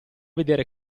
vedere